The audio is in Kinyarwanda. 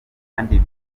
kandi